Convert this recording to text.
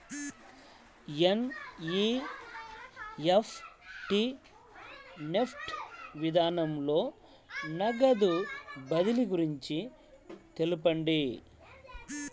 NEFT NEFT విధానంలో నగదు బదిలీ గురించి తెలుపండి?